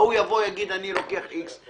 ההוא יבוא ויגיד: אני לוקח X,